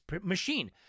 machine